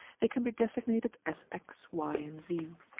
they can be designated as x, y, and z.